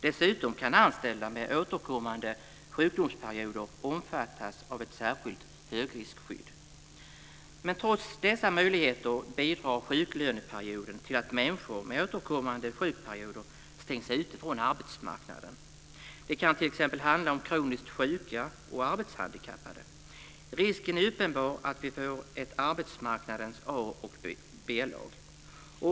Dessutom kan anställda med återkommande sjukdomsperioder omfattas av ett särskilt högriskskydd. Men trots dessa möjligheter bidrar sjuklöneperioden till att människor med återkommande sjukperioder stängs ute från arbetsmarknaden. Det kan t.ex. handla om kroniskt sjuka och arbetshandikappade. Risken är uppenbar att vi får ett arbetsmarknadens A och B-lag.